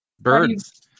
Birds